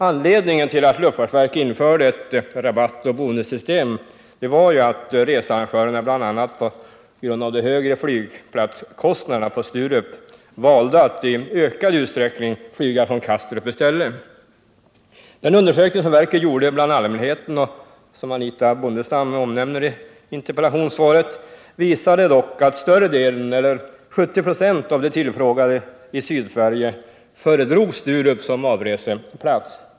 Anledningen till att luftfartsverket införde ett rabattoch bonussystem var att researrangörerna bl.a. på grund av de högre flygplatskostnaderna på Sturup valde att i ökad utsträckning flyga från Kastrup. Den undersökning som verket gjorde bland allmänheten och som Anitha Bondestam omnämner iinterpellationssvaret visade dock att större delen, eller 70 96 av de tillfrågade i Sydsverige, föredrog Sturup som avreseplats.